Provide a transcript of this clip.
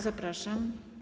Zapraszam.